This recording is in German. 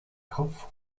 kopf